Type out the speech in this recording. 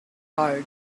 heart